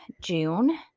June